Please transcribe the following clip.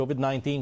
COVID-19